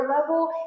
level